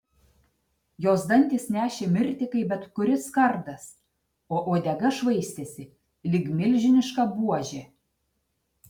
jos dantys nešė mirtį kaip bet kuris kardas o uodega švaistėsi lyg milžiniška buožė